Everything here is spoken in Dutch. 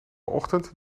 ochtend